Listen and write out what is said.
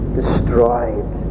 destroyed